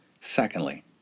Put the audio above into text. Secondly